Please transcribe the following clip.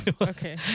Okay